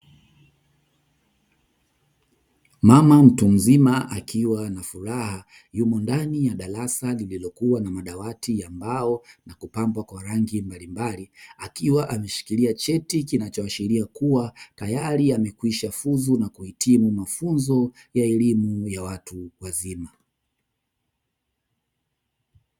Mama mtu mzima akiwa ana furaha, yumo ndani ya darasa lililokuwa na madawati ya mbao na kupambwa kwa rangi mbalimbali, akiwa ameshikilia cheti kinachoashiria kuwa tayari amekwishafuzu na kuhitimu mafunzo ya elimu ya watu wazima.